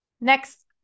Next